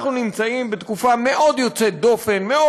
אנחנו נמצאים בתקופה יוצאת דופן מאוד,